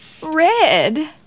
Red